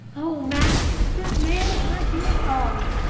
o, master, this man is my dear father.